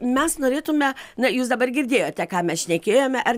mes norėtume na jūs dabar girdėjote ką mes šnekėjome ar